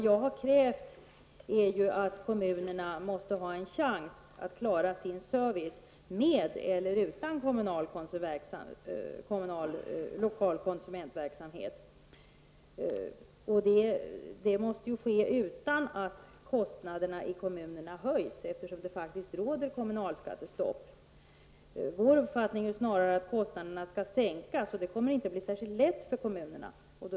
Jag har krävt att kommunerna måste få en chans att klara sin service med eller utan lokal konsumentverksamhet. Det måste ske utan att kommunernas kostnader höjs, eftersom det faktiskt råder kommunalskattestopp. Vår uppfattning är snarare att kostnaderna skall sänkas, och det blir inte särskilt lätt för kommunerna att göra det.